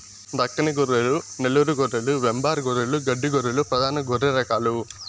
దక్కని గొర్రెలు, నెల్లూరు గొర్రెలు, వెంబార్ గొర్రెలు, గడ్డి గొర్రెలు ప్రధాన గొర్రె రకాలు